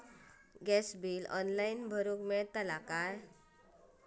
Gas bill online भरुक मिळता काय?